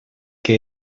que